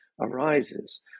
arises